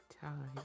Time